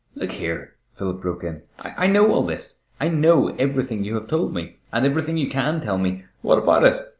look here, philip broke in, i know all this. i know everything you have told me, and everything you can tell me. what about it?